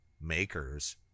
makers